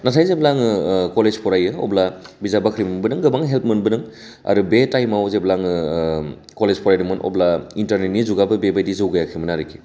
नाथाय जेब्ला आङो कलेज फरायो अब्ला बिजाब बाख्रि मोनबोदों गोबां हेल्प मोनबोदों आरो बे टाइमाव जेब्ला आङो कलेज फरायदोंमोन अब्ला इन्टारनेटनि जुगाबो बेबायदि जौगायाखैमोन आरोखि